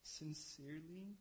sincerely